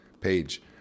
Page